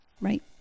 right